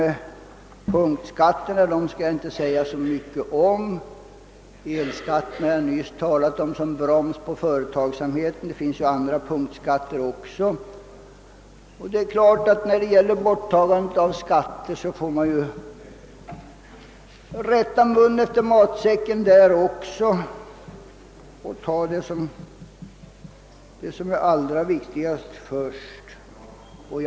Punktskatterna skall jag inte säga mycket om; elskatten har jag nyss talat om såsom en broms på företagsamheten, men det finns ju andra punktskatter också. Man får naturligtvis rätta munnen efter matsäcken även vid borttagandet av skatter och först välja sådana som man anser det viktigast att ta bort.